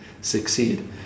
succeed